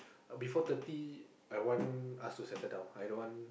before thirty I want us to settle down I don't want